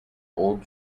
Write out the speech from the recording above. old